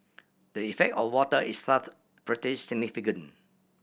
the effect or water is thus pretty significant